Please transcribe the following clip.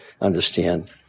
understand